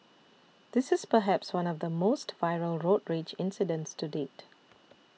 this is perhaps one of the most viral road rage incidents to date